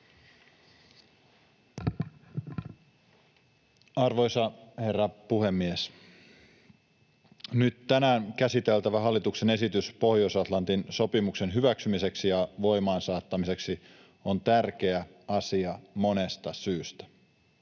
Arvoisa herra puhemies! Nyt tänään käsiteltävä hallituksen esitys Pohjois-Atlantin sopimuksen hyväksymiseksi ja voimaansaattamiseksi on tärkeä asia monesta syystä.